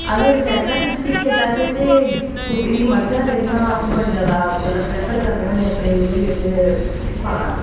अगर वैसा कुछ दिक्खेआ जाचै ते कुट्टी दियां मरचां जेह्ड़ियां न ओह् अस बड़ी जादै मतलब प्रेफर करने होने अपनी रुट्टी बिच पाना